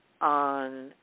on